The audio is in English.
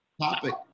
topic